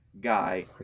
guy